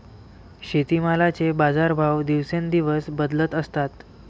शेतीमालाचे बाजारभाव दिवसेंदिवस बदलत असतात